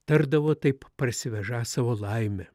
tardavo taip parsivežą savo laimę